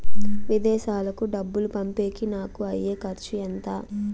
విదేశాలకు డబ్బులు పంపేకి నాకు అయ్యే ఖర్చు ఎంత?